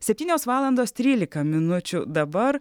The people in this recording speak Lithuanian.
septynios valandos trylika minučių dabar